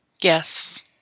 Yes